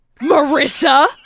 Marissa